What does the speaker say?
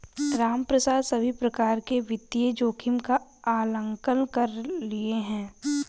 रामप्रसाद सभी प्रकार के वित्तीय जोखिम का आंकलन कर लिए है